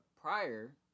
prior